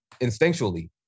instinctually